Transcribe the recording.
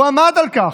הוא עמד על כך,